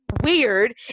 weird